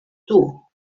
too